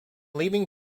leaving